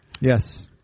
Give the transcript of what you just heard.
Yes